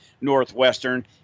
Northwestern